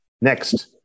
Next